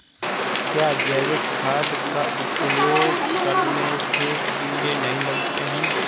क्या जैविक खाद का उपयोग करने से कीड़े नहीं लगते हैं?